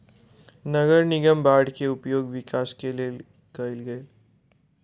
नगर निगम बांड के उपयोग विकास के लेल कएल गेल